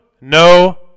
no